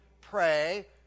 Pray